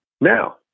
now